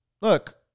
look